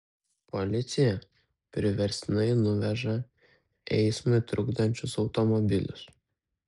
policija priverstinai nuveža eismui trukdančius automobilius